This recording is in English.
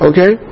Okay